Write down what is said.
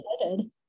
excited